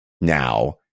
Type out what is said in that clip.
now